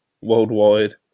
worldwide